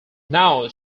now